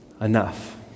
enough